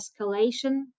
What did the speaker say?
escalation